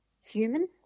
human